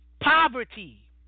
poverty